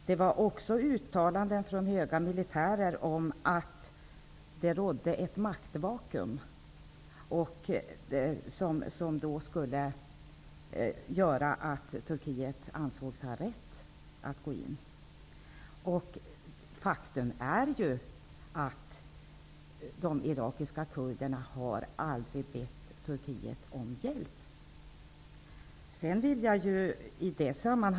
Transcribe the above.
Det förekom också uttalanden från höga militärer om att det rådde ett maktvakuum, som skulle innebära att Turkiet ansågs ha rätt att gå in i Irak. Det är ett faktum att de irakiska kurderna aldrig har bett Turkiet om hjälp.